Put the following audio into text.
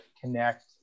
connect